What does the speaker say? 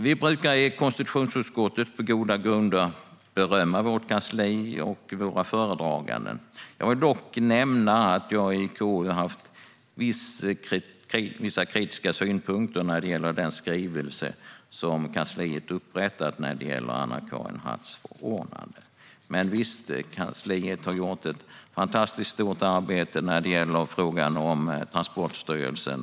Vi i konstitutionsutskottet brukar på goda grunder ge vårt kansli och våra föredragande beröm. Jag vill dock nämna att jag har haft vissa kritiska synpunkter när det gäller den skrivelse som kansliet har upprättat i fråga om Anna-Karin Hatts förordnande. Men visst har kansliet gjort ett fantastiskt stort arbete när det gäller frågan om Transportstyrelsen.